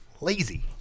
lazy